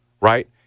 right